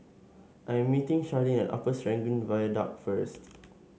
I am meeting Sharleen at Upper Serangoon Viaduct first